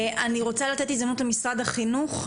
אני רוצה לתת הזדמנות למשרד החינוך,